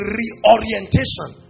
reorientation